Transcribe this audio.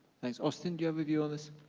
thanks. austin, do you have a view on this?